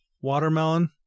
watermelon